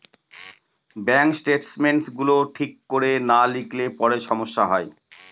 bank statements গুলো ঠিক করে না লিখলে পরে সমস্যা হয়